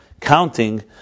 counting